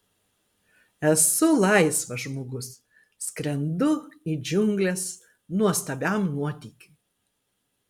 esu laisvas žmogus skrendu į džiungles nuostabiam nuotykiui